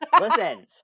Listen